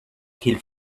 qu’il